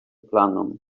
planom